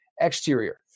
exterior